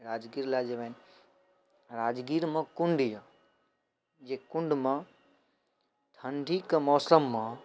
राजगीर लऽ जेबनि राजगीरमे कुण्ड अइ जे कुण्डमे ठण्डीके मौसममे